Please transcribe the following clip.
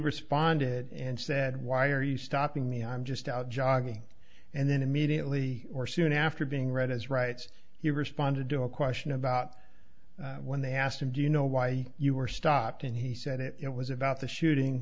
responded and said why are you stopping me i'm just out jogging and then immediately or soon after being read as rights he responded to a question about when they asked him do you know why you were stopped and he said it was about the shooting